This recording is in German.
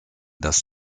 das